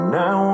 now